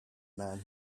man